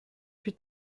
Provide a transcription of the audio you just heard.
plus